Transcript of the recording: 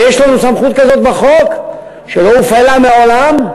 ויש לנו סמכות כזאת בחוק, שלא הופעלה מעולם,